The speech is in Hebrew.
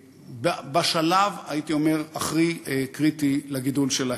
בשלב הכי קריטי לגידול שלהם.